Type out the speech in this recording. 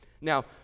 Now